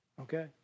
Okay